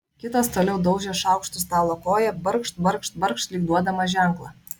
kitas toliau daužė šaukštu stalo koją barkšt barkšt barkšt lyg duodamas ženklą